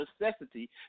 necessity